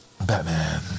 Batman